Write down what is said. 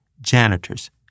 janitors